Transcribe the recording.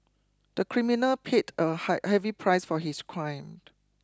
the criminal paid a high heavy price for his crime